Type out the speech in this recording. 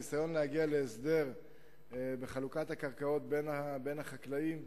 הניסיון להגיע להסדר בחלוקת הקרקעות בין החקלאים,